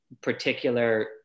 particular